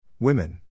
Women